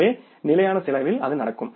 எனவே நிலையான செலவில் அது நடக்கும்